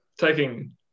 Taking